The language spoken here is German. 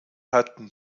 hatten